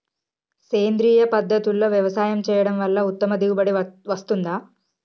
సేంద్రీయ పద్ధతుల్లో వ్యవసాయం చేయడం వల్ల ఉత్తమ దిగుబడి వస్తుందా?